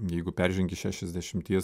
jeigu peržengi šešiasdešimties